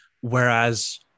whereas